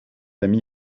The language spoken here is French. ami